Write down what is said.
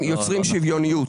יוצרים שוויוניות.